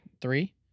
Three